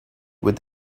with